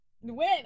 Win